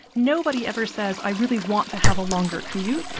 nobody ever says, i really want to have a longer commute.